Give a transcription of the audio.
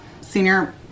Senior